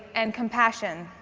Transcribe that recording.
and compassion.